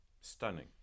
stunning